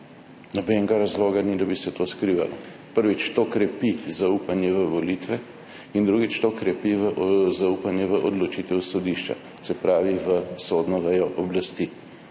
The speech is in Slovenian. Nobenega razloga ni, da bi se to skrivalo. Prvič to krepi zaupanje v volitve in drugič to krepi zaupanje v odločitev sodišča, se pravi v sodno vejo oblasti.